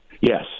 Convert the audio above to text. Yes